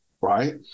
right